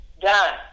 Done